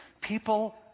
People